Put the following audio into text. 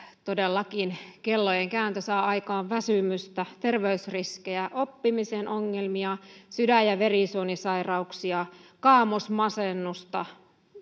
todellakin kellojen kääntö saa aikaan väsymystä terveysriskejä oppimisen ongelmia sydän ja verisuonisairauksia kaamosmasennusta